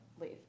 leave